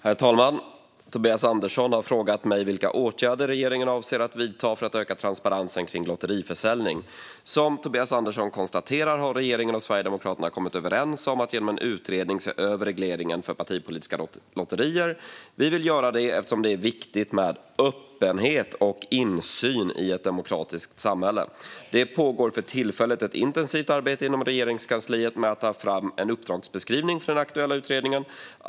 Herr talman! Tobias Andersson har frågat mig vilka åtgärder regeringen avser att vidta för att öka transparensen kring lotteriförsäljning. Som Tobias Andersson konstaterar har regeringen och Sverigedemokraterna kommit överens om att genom en utredning se över regleringen för partipolitiska lotterier. Vi vill göra det eftersom det är viktigt med öppenhet och insyn i ett demokratiskt samhälle. Det pågår för tillfället ett intensivt arbete inom Regeringskansliet med att ta fram en uppdragsbeskrivning för den aktuella utredningen.